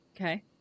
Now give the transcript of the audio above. Okay